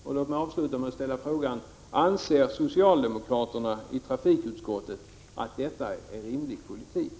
Låt mig avslutningsvis fråga socialdemokraterna i trafikutskottet om de anser att detta är en rimlig trafikpolitik.